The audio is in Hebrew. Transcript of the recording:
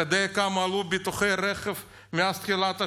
אתה יודע בכמה עלו ביטוחי הרכב מאז תחילת השנה?